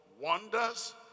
wonders